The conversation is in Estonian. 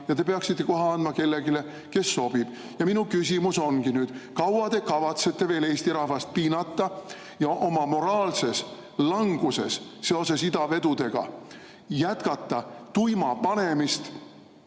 ja te peaksite koha andma kellelegi, kes sobib. Ja minu küsimus ongi nüüd: kui kaua te kavatsete veel Eesti rahvast piinata ja oma moraalses languses seoses idavedudega jätkata tuima panemist?